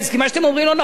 מה שאתם אומרים לא נכון.